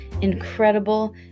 incredible